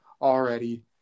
already